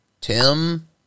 tim